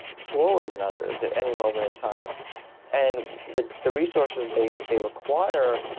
slower than others at any moment in time and the the resources they they require